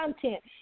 content